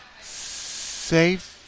safe